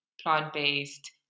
plant-based